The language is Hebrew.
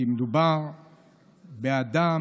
כי מדובר באדם,